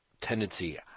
tendency